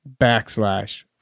backslash